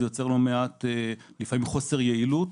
זה יוצר לפעמים חוסר יעילות